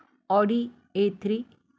Audi a three